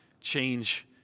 change